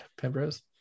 pembrose